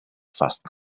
fast